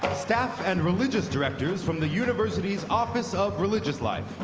staff and religious directors from the university's office of religious life